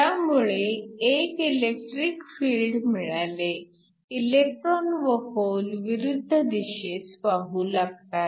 ह्यामुळे एक electric field मिळाले इलेक्ट्रॉन व होल विरुद्ध दिशेस वाहू लागतात